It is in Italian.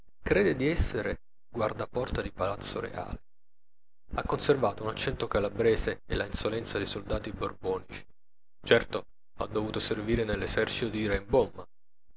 crede di essere il guardaporta di palazzo reale ha conservato un accento calabrese e la insolenza dei soldati borbonici certo ha dovuto servire nell'esercito di